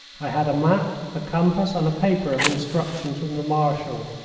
i had a map, a compass, and a paper of instructions from the marshal,